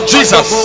Jesus